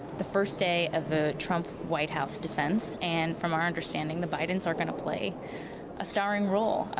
the first day of the trump white house defends. and, from our understanding, the bidens are going to play a starring role.